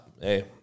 Hey